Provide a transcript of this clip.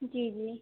जी जी